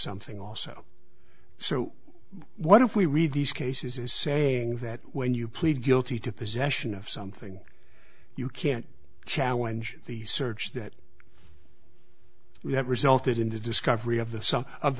something also so what if we read these cases is saying that when you plead guilty to possession of something you can't challenge the search that you have resulted in the discovery of the sum of